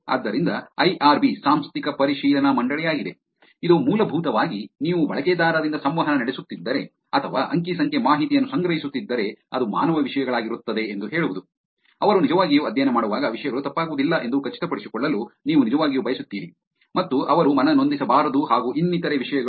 ಆದ್ದರಿಂದ I R B ಸಾಂಸ್ಥಿಕ ಪರಿಶೀಲನಾ ಮಂಡಳಿಯಾಗಿದೆ ಇದು ಮೂಲಭೂತವಾಗಿ ನೀವು ಬಳಕೆದಾರರಿಂದ ಸಂವಹನ ನಡೆಸುತ್ತಿದ್ದರೆ ಅಥವಾ ಅಂಕಿ ಸಂಖ್ಯೆ ಮಾಹಿತಿಯನ್ನು ಸಂಗ್ರಹಿಸುತ್ತಿದ್ದರೆ ಅದು ಮಾನವ ವಿಷಯಗಳಾಗಿರುತ್ತದೆ ಎಂದು ಹೇಳುವುದು ಅವರು ನಿಜವಾಗಿಯೂ ಅಧ್ಯಯನ ಮಾಡುವಾಗ ವಿಷಯಗಳು ತಪ್ಪಾಗುವುದಿಲ್ಲ ಎಂದು ಖಚಿತಪಡಿಸಿಕೊಳ್ಳಲು ನೀವು ನಿಜವಾಗಿಯೂ ಬಯಸುತ್ತೀರಿ ಮತ್ತು ಅವರು ಮನನೊಂದಿಸಬಾರದು ಹಾಗು ಇನ್ನಿತರೇ ವಿಷಯಗಳು